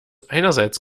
einerseits